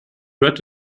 hört